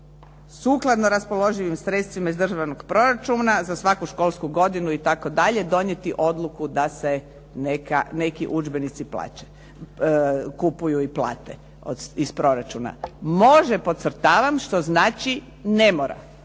sukladno raspoloživim sredstvima iz državnog proračuna za svaku školsku godinu donijeti odluku da se neki udžbenici kupuju i plate iz proračuna, može, podcrtavam što znači ne mora.